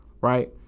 Right